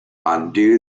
undo